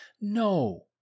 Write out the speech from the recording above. No